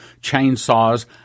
chainsaws